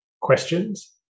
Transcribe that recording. questions